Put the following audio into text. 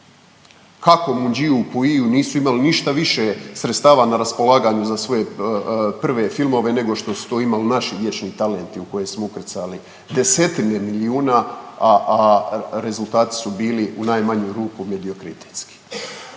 Kako Mungiu … nisu imali ništa više sredstava na raspolaganju za svoje prve filmove nego što su to imali naši vječni talenti u koje smo ukrcali desetine milijuna, a rezultati su bili u najmanju ruku mediokritetski?